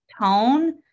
tone